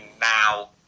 now